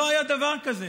לא היה דבר כזה,